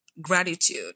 gratitude